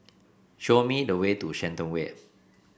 show me the way to Shenton Way